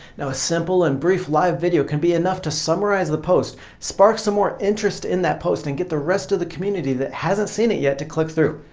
a simple and brief live video can be enough to summarize the post, spark some more interest in the post and get the rest of the community that hasn't seen it yet to click through.